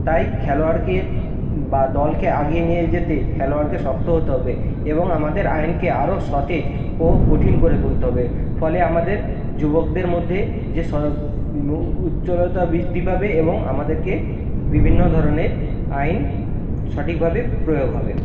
তাই খেলোয়াড়কে বা দলকে এগিয়ে নিয়ে যেতে খেলোয়াড়কে শক্ত হতে হবে এবং আমাদের আইনকে আরও সতেজ ও কঠিন করে তুলতে হবে ফলে আমাদের যুবকদের মধ্যে যেসব উজ্জ্বলতা বৃদ্ধি পাবে এবং আমাদেরকে বিভিন্ন ধরনের আইন সঠিকভাবে প্রয়োগ হবে